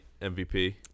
MVP